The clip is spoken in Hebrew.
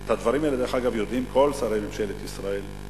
את הדברים האלה יודעים כל שרי ממשלת ישראל,